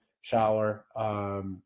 shower